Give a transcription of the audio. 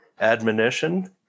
admonition